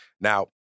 Now